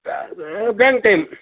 ಅದು bank time